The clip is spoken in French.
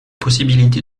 possibilité